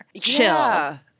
chill